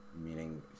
meaning